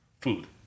food